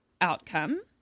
outcome